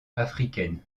africaines